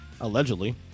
Allegedly